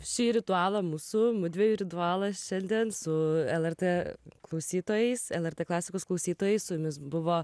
šį ritualą mūsų mudviejų ritualą šiandien su lrt klausytojais lrt klasikos klausytojai su jumis buvo